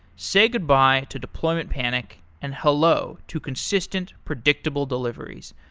say goodbye to deployment panic and hello to consistent, predictable deliveries.